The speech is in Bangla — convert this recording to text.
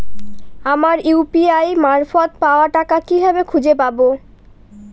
আমার ইউ.পি.আই মারফত পাওয়া টাকা কিভাবে খুঁজে পাব?